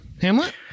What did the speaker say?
Hamlet